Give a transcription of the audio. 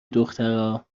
دخترها